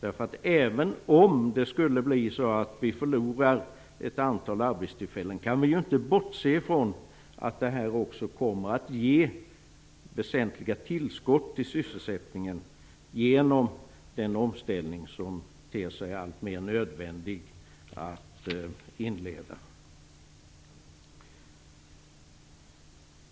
Även om vi skulle förlora ett antal arbetstillfällen kan vi inte bortse från att det här också kommer att ge väsentliga tillskott till sysselsättningen genom den omställning som ter sig allt mer nödvändig att inleda.